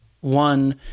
one